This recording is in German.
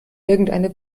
irgendeine